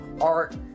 Art